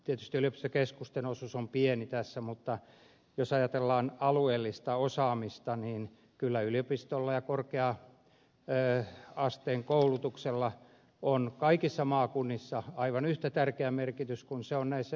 tietysti yliopistokeskusten osuus on pieni tässä mutta jos ajatellaan alueellista osaamista niin kyllä yliopistolla ja korkea asteen koulutuksella on kaikissa maakunnissa aivan yhtä tärkeä merkitys kuin on näissä yliopistokaupungeissakin